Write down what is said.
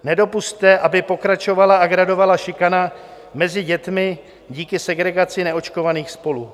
Nedopusťte, aby pokračovala a gradovala šikana mezi dětmi díky segregaci neočkovaných spolu.